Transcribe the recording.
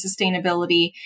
sustainability